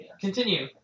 Continue